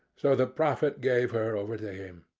so the prophet gave her over to him.